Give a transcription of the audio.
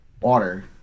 water